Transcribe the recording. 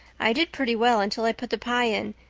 i did pretty well until i put the pie in,